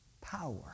power